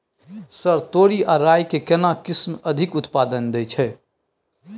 Sir तोरी आ राई के केना किस्म अधिक उत्पादन दैय छैय?